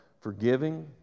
forgiving